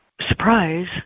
surprise